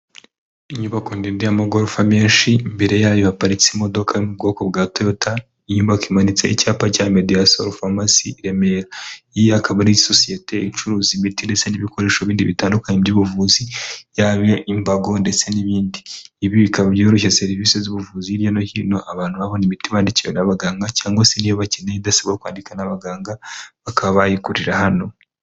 Inyubako ndende y'amagorofa menshi imbere yayo haparitse imodoka yo mu bwoko bwa toyota inyubako imanitse icyapa cya mediya foromasi i Remera ikaba ari sosiyete icuruza imiti ndetse n'ibikoresho bindi bitandukanye by'ubuvuzi bya imbago ndetse n'ibindi ibi bikaba byororoshye serivisi z'ubuvuzi hirya no hino abantu babona imiti bandikiwe n'abaganga cyangwa se niba bakeneye idasa kwandika n abaganga bakabayikurira hano.